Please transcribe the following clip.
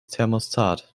thermostat